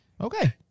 Okay